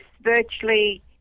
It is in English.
virtually